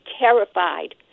terrified